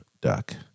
Duck